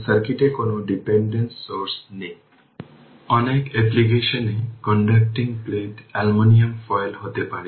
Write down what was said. সুতরাং এই v0 ut i 3 সোর্সটি 0 এর জন্য দেওয়া হয়েছে এটি u i 3 এবং t 0 এর জন্য এটি হবে v0